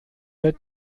der